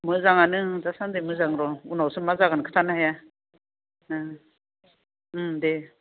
मोजांआनो दासान्दि मोजां र' उनावसो मा जागोन खिथानो हाया ओं उम दे